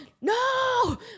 no